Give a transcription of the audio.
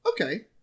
Okay